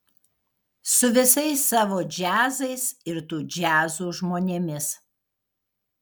su visais savo džiazais ir tų džiazų žmonėmis